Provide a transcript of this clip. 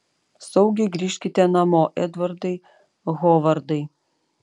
saugiai grįžkite namo edvardai hovardai